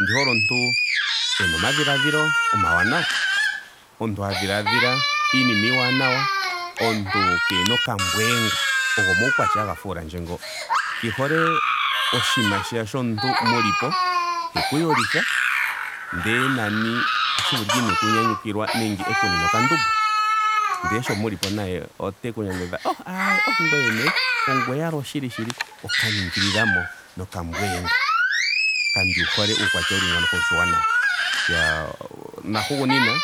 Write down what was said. Ondi hole omuntu ena omadhiladhilo omawanawa. Omuntu ha dhiladhila iinima iiwanawa. omuntu keehena okambweenga. Ogo omaukwatya haga fuulandje ngo. Kandi hole oshinima shoya shomuntu muli po teku yolitha. ndele nani otashi vulika ineeku nyanyukilwa nenge eku nine okandumbo. Ndele sho mulipo naye oeku nyanyudha oh aee ngweye nee onweye owala oshili shili. okaningililamo nokambweenga. Kandi hole uukwatya wuli ngawo kawushi uuwanawa. Iyaa nahugunina.